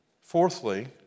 Fourthly